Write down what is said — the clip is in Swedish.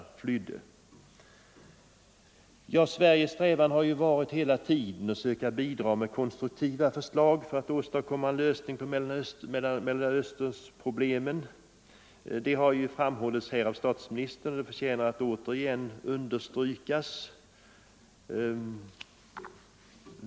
163 Sveriges strävan har hela tiden varit att försöka bidra med konstruktiva förslag för att åstadkomma en lösning på Mellanösternproblemen. Det har framhållits här av statsministern och förtjänar att återigen understrykas.